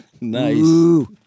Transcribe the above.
Nice